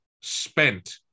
spent